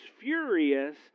furious